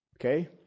Okay